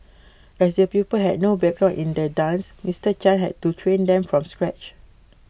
as the pupil had no background in the dance Mister chan had to train them from scratch